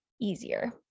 easier